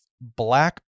black